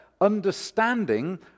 understanding